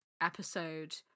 Episode